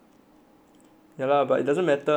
doesn't matter I think